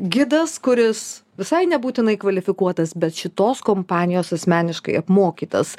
gidas kuris visai nebūtinai kvalifikuotas bet šitos kompanijos asmeniškai apmokytas